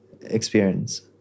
experience